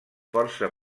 força